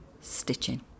stitching